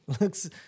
looks